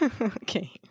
Okay